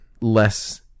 less